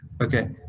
Okay